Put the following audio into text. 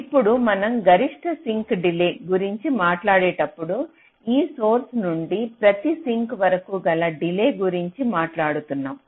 ఇప్పుడు మనం గరిష్ట సింక్ డిలే గురించి మాట్లాడేటప్పుడు ఈ సోర్స్ నుండి ప్రతి సింక్ వరకు గల డిలే గురించి మాట్లాడుతున్నాం